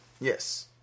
Yes